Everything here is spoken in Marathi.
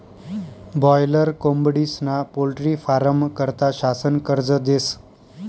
बाॅयलर कोंबडीस्ना पोल्ट्री फारमं करता शासन कर्ज देस